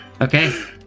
Okay